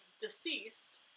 deceased